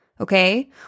okay